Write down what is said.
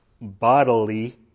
bodily